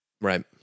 Right